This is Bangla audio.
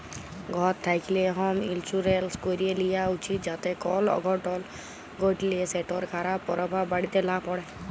ঘর থ্যাকলে হম ইলসুরেলস ক্যরে লিয়া উচিত যাতে কল অঘটল ঘটলে সেটর খারাপ পরভাব বাড়িতে লা প্যড়ে